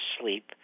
sleep